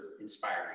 inspiring